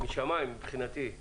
משמיים, מבחינתי,